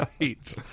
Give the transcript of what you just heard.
Right